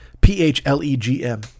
P-H-L-E-G-M